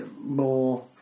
more